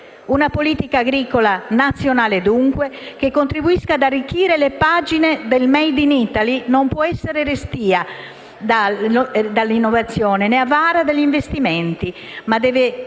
Una politica agricola nazionale, dunque, che contribuisca ad arricchire le pagine del *made in Italy* non può essere restia all'innovazione né avara di investimenti, ma deve